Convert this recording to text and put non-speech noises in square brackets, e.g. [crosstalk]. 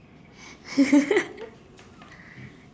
[laughs]